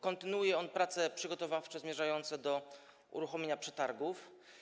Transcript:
Kontynuuje on prace przygotowawcze zmierzające do uruchomienia przetargów.